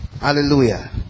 Hallelujah